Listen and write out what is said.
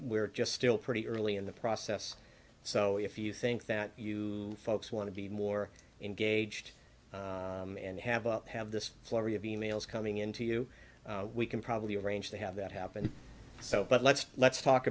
we're just still pretty early in the process so if you think that you folks want to be more engaged and have a have this flurry of e mails coming in to you we can probably arrange to have that happen so but let's let's talk